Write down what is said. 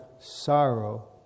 sorrow